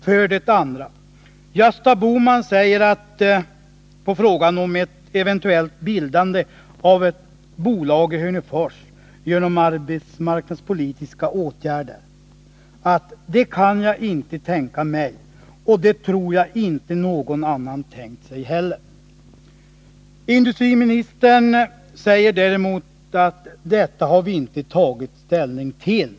För det andra: Gösta Bohman säger på frågan om ett eventuellt bildande av ett bolag i Hörnefors genom arbetsmarknadspolitiska åtgärder: Det kan Nr 44 jag inte tänka mig och det tror jag inte någon annan har tänkt sig heller. Tisdagen den Industriministern säger däremot: Detta har vi inte tagit ställning till.